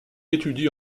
étudie